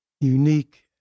unique